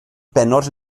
bennod